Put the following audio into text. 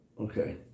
Okay